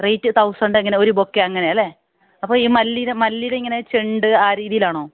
rate thousand അങ്ങനെ ഒരു bouquet അങ്ങനെ അല്ലേ അപ്പോൾ ഈ മല്ലിയുടെ മല്ലിയുടെ ഇങ്ങനെ ചെണ്ട് ആ രീതിയിലാണോ